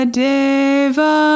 deva